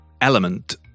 element